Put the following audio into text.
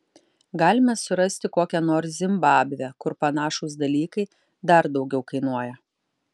galime surasti kokią nors zimbabvę kur panašūs dalykai dar daugiau kainuoja